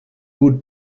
would